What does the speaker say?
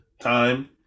time